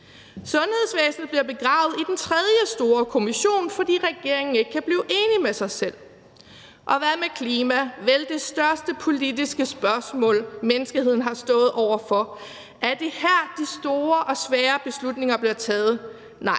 Sundhedsvæsenet bliver begravet i den tredje store kommission, fordi regeringen ikke kan blive enig med sig selv. Og hvad med klima? Det er vel det største politiske spørgsmål, menneskeheden har stået over for. Er det her, de store og svære beslutninger bliver taget? Nej.